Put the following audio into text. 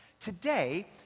Today